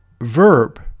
verb